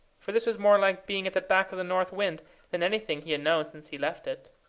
for this was more like being at the back of the north wind than anything he had known since he left it.